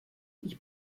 ich